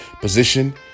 position